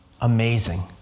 amazing